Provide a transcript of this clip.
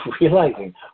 realizing